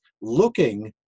looking